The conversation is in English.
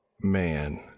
man